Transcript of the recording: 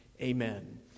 Amen